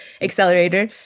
Accelerator